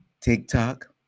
TikTok